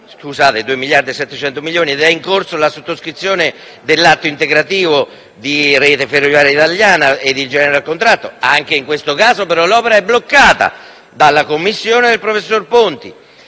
di 2,7 miliardi, per cui è in corso la sottoscrizione dell'atto integrativo di Rete ferroviaria italiana e del *general contractor*, ma anche in questo caso l'opera è bloccata dalla commissione del professor Ponti.